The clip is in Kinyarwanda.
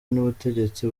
n’ubutegetsi